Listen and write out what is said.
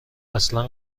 اصلا